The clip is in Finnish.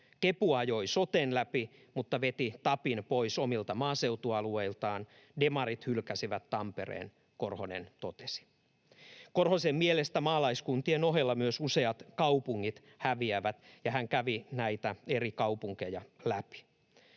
Kepu ajoi soten läpi mutta veti tapin pois omilta maaseutualueiltaan. Demarit hylkäsivät Tampereen.” Korhosen mielestä maalaiskuntien ohella myös useat kaupungit häviävät, ja hän kävi näitä eri kaupunkeja läpi.